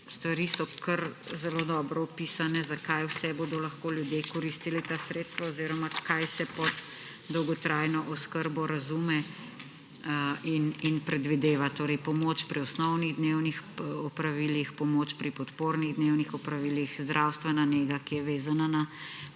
Stvari so kar zelo dobro opisane, zakaj vse bodo lahko ljudje koristili ta sredstva oziroma kaj se pod dolgotrajno oskrbo razume in predvideva, torej pomoč pri osnovnih dnevnih opravilih, pomoč pri podpornih dnevnih opravilih, zdravstvena nega, ki je vezana na